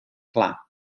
clar